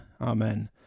Amen